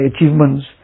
achievements